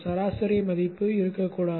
சராசரி மதிப்பு இருக்கக்கூடாது